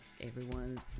everyone's